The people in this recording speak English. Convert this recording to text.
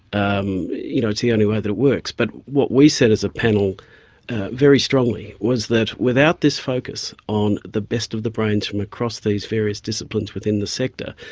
um you know it's the only way works. but what we said as a panel very strongly was that without this focus on the best of the brains from across these various disciplines within the sector,